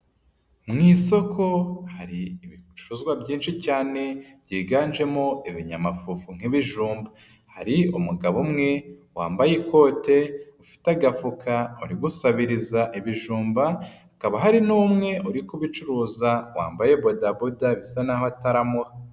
Mu isoko hari ibicuruzwa byinshi cyane byiganjemo ibinyamafufu nk'ibijumba, hari umugabo umwe wambaye ikote, ufite agafuka uri gusabiriza ibijumba, hakaba hari n'umwe uri kubicuruza wambaye bodaboda bisa nk'aho ataramuha.